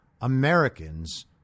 Americans